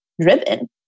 driven